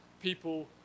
people